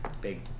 Big